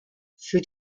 für